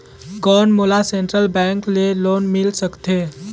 कौन मोला central bank ले लोन मिल सकथे?